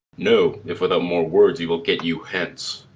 no if without more words you will get you hence.